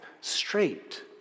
straight